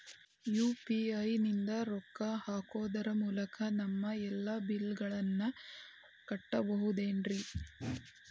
UPI ನಿಂದ ರೊಕ್ಕ ಹಾಕೋದರ ಮೂಲಕ ನಮ್ಮ ಎಲ್ಲ ಬಿಲ್ಲುಗಳನ್ನ ಕಟ್ಟಬಹುದೇನ್ರಿ?